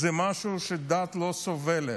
זה משהו שהדעת לא סובלת.